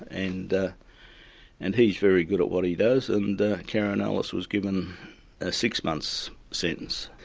and and he's very good at what he does, and karen ellis was given a six months sentence.